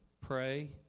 Pray